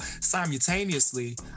simultaneously